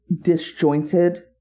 disjointed